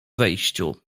wejściu